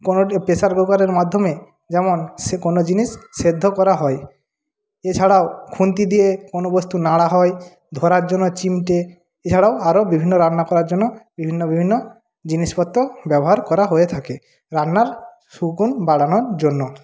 কারণ এটি প্রেসার কুকারের মাধ্যমে যেমন সে কোনো জিনিস সেদ্ধ করা হয় এছাড়াও খুন্তি দিয়ে কোনো বস্তু নাড়া হয় ধরার জন্য চিমটে এছাড়াও আরও বিভিন্ন রান্না করার জন্য বিভিন্ন বিভিন্ন জিনিসপত্র ব্যবহার করা হয়ে থাকে রান্নার সুগুণ বাড়ানোর জন্য